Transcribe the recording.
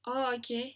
oh okay